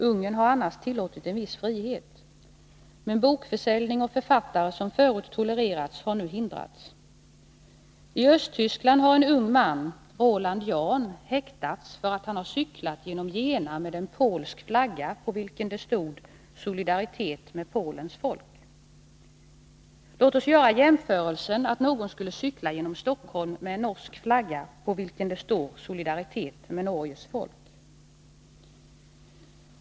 Ungern har annars tillåtit en viss frihet, men bokförsäljning och författare som förut tolererats har nu hindrats. I Östtyskland har en ung man, Roland Jahn, häktats för att han cyklat genom Jena med en polsk flagga på vilken det stod ”solidaritet med Polens folk”. Låt oss göra jämförelsen att någon skulle cykla genom Stockholm med en norsk flagga på vilken det stod ”solidaritet med Norges folk”.